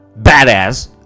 badass